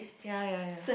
yea yea yea